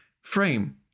frame